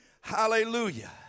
Hallelujah